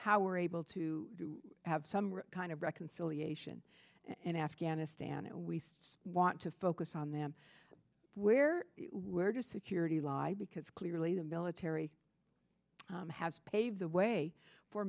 how we're able to have some kind of reconciliation in afghanistan and we want to focus on them where where do security lie because clearly the military has paved the way for